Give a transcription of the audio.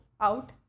out